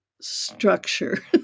Structure